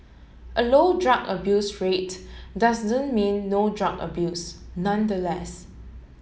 a low drug abuse rate doesn't mean no drug abuse nonetheless